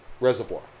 reservoir